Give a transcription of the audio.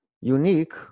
Unique